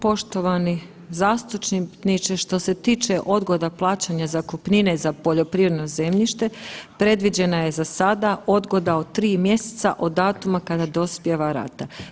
Poštovani zastupniče, što se tiče odgoda plaćanja zakupnine za poljoprivredno zemljište predviđena je za sada odgoda od 3 mjeseca od datuma kada dospijeva rata.